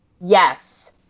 Yes